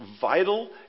vital